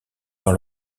dans